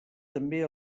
també